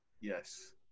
Yes